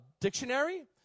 dictionary